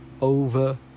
over